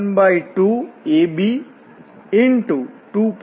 તો ચાલો આપણે સીધું જ આ લાઈન ઇન્ટીગ્રલ કરીએ આપણી પાસે xacos ybsin છે